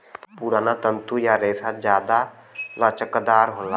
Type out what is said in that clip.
पुराना तंतु या रेसा जादा लचकदार होला